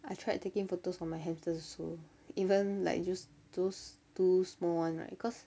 I tried taking photos from my hamsters also even like just those two small one right cause